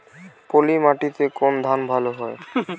পলিমাটিতে কোন ধান ভালো হয়?